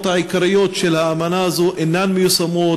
העיקריות של האמנה הזאת אינן מיושמות,